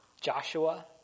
Joshua